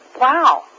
wow